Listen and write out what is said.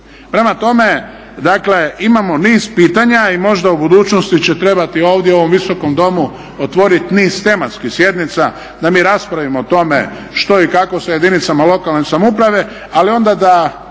Prema tome, dakle imamo niz pitanja i možda u budućnosti će trebati ovdje u ovom Visokom domu otvorit niz tematskih sjednica da mi raspravimo o tome što i kako sa jedinicama lokalne samouprave, ali onda da